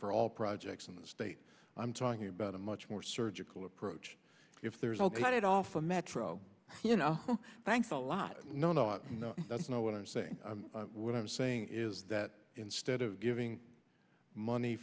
for all projects in the state i'm talking about a much more surgical approach if there's all paid off a metro you know thanks a lot no no no that's not what i'm saying what i'm saying is that instead of giving money